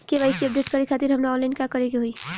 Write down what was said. KYC update करे खातिर हमरा ऑनलाइन का करे के होई?